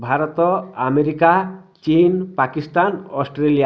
Bharat America ଚୀନ୍ Pakistan Australia